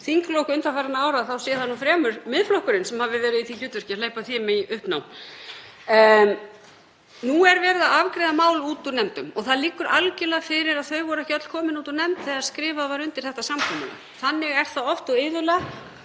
þinglok undanfarinna ára þá held ég að það sé nú fremur Miðflokkurinn sem hafi verið í því hlutverki að hleypa þeim í uppnám. Nú er verið að afgreiða mál úr nefndum og það liggur algerlega fyrir að þau voru ekki öll komin úr nefnd þegar skrifað var undir umrætt samkomulag. Þannig er það oft og iðulega